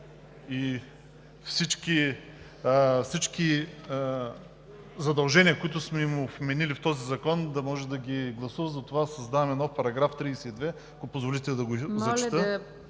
и всички задължения, които сме им вменили в този закон, трябва да ги гласуват. Затова създаваме нов § 32. Ако позволите, да го зачета.